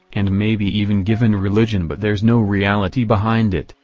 and maybe even given religion but there's no reality behind it,